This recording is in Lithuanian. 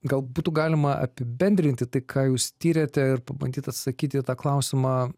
gal būtų galima apibendrinti tai ką jūs tyrėte ir pabandyt atsakyt į tą klausimą